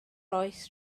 oes